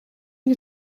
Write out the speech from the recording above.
you